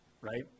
right